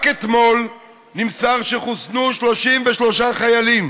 רק אתמול נמסר שחוסנו 33 חיילים